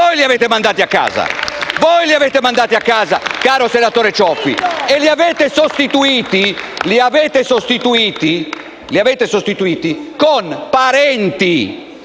Voi li avete mandati a casa, caro senatore Cioffi, e li avete sostituiti con parenti